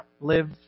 live